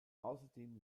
außerdem